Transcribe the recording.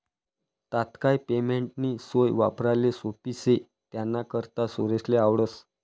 तात्काय पेमेंटनी सोय वापराले सोप्पी शे त्यानाकरता सुरेशले आवडस